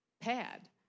pad